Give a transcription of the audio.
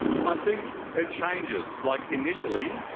i think it changes. like initially,